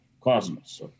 cosmos